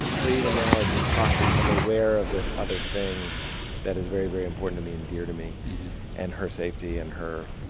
so even now as we're talking, i'm aware of this other thing that is very, very important to me and dear to me and her safety and her.